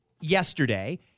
yesterday